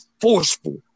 forceful